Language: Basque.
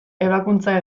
ebakuntza